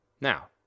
Now